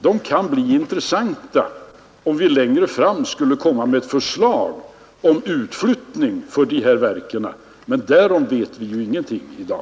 De kan bli intressanta, om vi längre fram skulle komma med ett förslag om utflyttning av de här verken, men därom vet vi ju ingenting i dag.